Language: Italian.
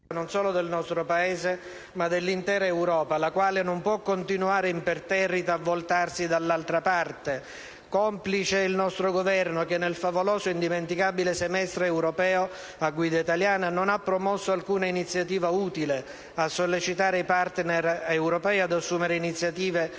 non solo del nostro Paese, ma dell'intera Europa, la quale non può continuare imperterrita a voltarsi dall'altra parte. È complice certamente il nostro Governo che, nel favoloso e indimenticabile semestre europeo a guida italiana, non ha promosso alcuna iniziativa utile a sollecitare i *partner* europei ad assumere iniziative e